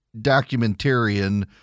documentarian